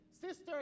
sister